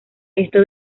esto